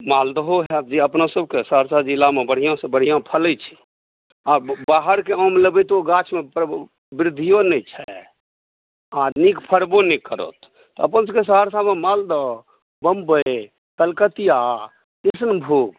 मालदहो होयत जे अपनासभकेँ सहरसा जिलामे बढ़िआँसँ बढ़िआँ फलय छै आ बाहरके आम लेबैय तऽ ओ गाछमे फड़बे वृद्धियो नहि छै आ नीक फड़बो नहि करत अपनसभकेँ सहरसामे मालदह बम्बइ कलकतिआ कृष्णभोग